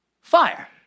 fire